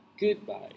goodbye